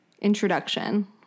introduction